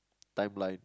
timeline